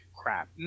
crap